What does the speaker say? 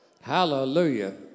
Hallelujah